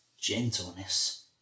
gentleness